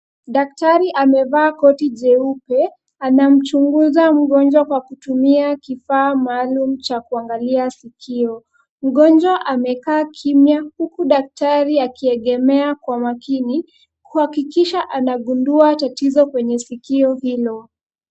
Daktari amevaa koti jeupe anamchunguza mgonjwa kwa kutumia kifaa maalum cha kuangalia sikio. Mgonjwa amekaa kimya huku daktari akiegemea kwa makini, kuhakikisha anagundua tatizo kwenye sikio hilo.